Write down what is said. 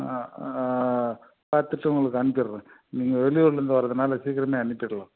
ஆ ஆ பார்த்துட்டு உங்களுக்கு அனுப்பிடுறன் நீங்கள் வெளியூர்லேருந்து வர்றதினால சீக்கிரம் அனுப்பிடலாம்